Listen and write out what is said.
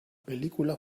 película